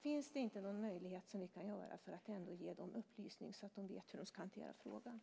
Finns det ingenting ni kan göra för att ge dem upplysning så att de vet hur de ska hantera problemet?